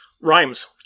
rhymes